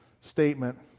statement